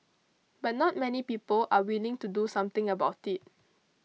but not many people are willing to do something about it